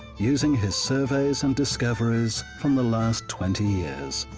using his surveys and discoveries from the last twenty years.